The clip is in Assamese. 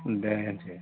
ডেৰ ইঞ্চি